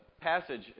passage